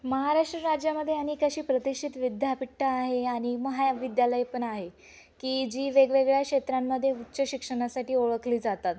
महाराष्ट्र राज्यामध्ये अनेक अशी प्रतिष्ठित विद्यापीठं आहे आणि महाविद्यालय पण आहे की जी वेगवेगळ्या क्षेत्रांमध्ये उच्च शिक्षणासाठी ओळखली जातात